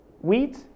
wheat